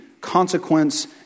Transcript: consequence